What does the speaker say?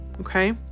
Okay